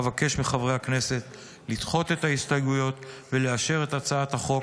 אבקש מחברי הכנסת לדחות את ההסתייגויות ולאשר את הצעת החוק